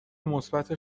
مثبت